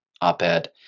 op-ed